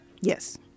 Yes